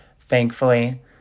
thankfully